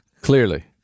Clearly